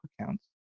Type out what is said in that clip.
accounts